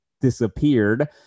disappeared